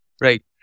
right